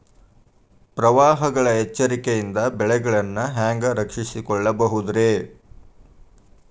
ಪ್ರವಾಹಗಳ ಎಚ್ಚರಿಕೆಯಿಂದ ಬೆಳೆಗಳನ್ನ ಹ್ಯಾಂಗ ರಕ್ಷಿಸಿಕೊಳ್ಳಬಹುದುರೇ?